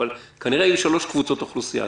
אבל כנראה יהיו שלוש קבוצות אוכלוסייה.